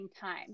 time